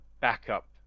backup